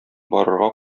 барырга